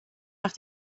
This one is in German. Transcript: nach